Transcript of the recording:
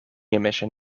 emission